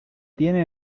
tiene